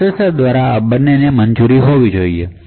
processor દ્વારા આ બંનેની મંજૂરી હોવી જોઈએ